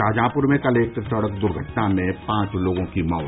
शाहजहांपुर में कल एक सड़क दुर्घटना में पांच लोगों की मौत